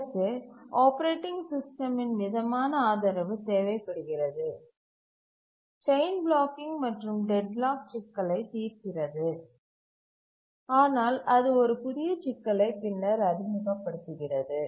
இதற்கு ஆப்பரேட்டிங் சிஸ்டமின் மிதமான ஆதரவு தேவைப்படுகிறது செயின் பிளாக்கிங் மற்றும் டெட்லாக் சிக்கலைத் தீர்க்கிறது ஆனால் அது ஒரு புதிய சிக்கலை பின்னர் அறிமுகப்படுத்துகிறது